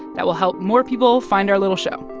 that will help more people find our little show,